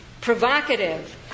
provocative